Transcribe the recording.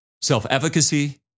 self-efficacy